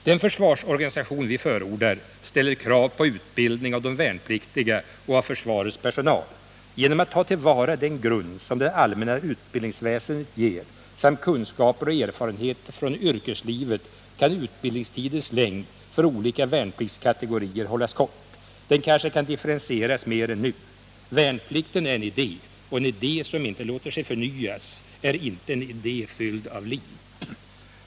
Den försvarorganisation vi förordar ställer krav på utbildning av de värnpliktiga och av försvarets personal. Genom att ta till vara den grund som det allmänna utbildningsväsendet ger samt kunskaper och erfarenheter från yrkeslivet kan utbildningstidens längd för olika värnpliktskategorier hållas kort. Den kanske kan differentieras mera än nu. Värnplikten är en idé, och en idé som inte låter sig förnyas är inte en idé fylld av liv.